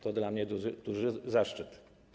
To dla mnie duży zaszczyt.